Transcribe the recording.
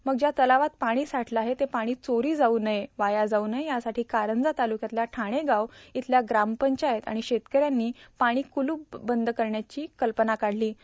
मग ज्या तलावात पाणी साठलं आहे ते पाणी चोरों जाऊ नये वाया जाऊ नये यासाठी कारंजा तालुक्यातल्या ठाणेगाव इथल्या ग्रामपंचायत शेतकऱ्यांनी पाणी कुलूप बंद करण्याची कल्पना काढलों